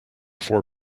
four